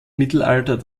mittelalter